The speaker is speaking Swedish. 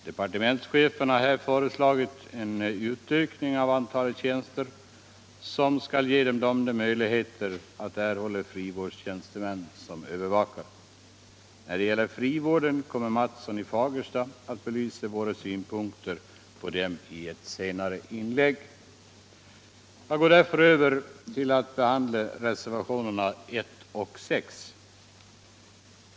Departementschefen har här föreslagit en utökning av antalet ster som skall ge de dömda ökade möjligheter att erhålla frivårds fjänstemän som övervakare. Herr Mathsson i Fagersta kommer att i ett kenare inlägg belysa våra synpunkter på frivården. | Jag går därför över till att behandla reservationerna 1 och 6.